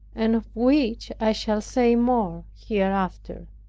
and of which i shall say more hereafter.